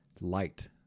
light